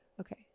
okay